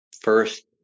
first